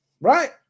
Right